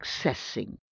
accessing